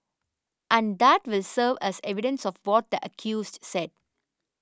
and that will serve as evidence of what the accused said